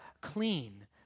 clean